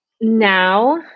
now